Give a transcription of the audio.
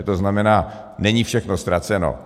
To znamená, není všechno ztraceno.